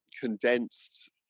condensed